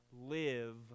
live